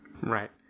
right